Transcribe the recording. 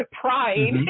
pride